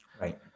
Right